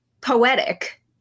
poetic